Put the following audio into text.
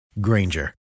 Granger